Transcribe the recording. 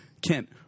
Kent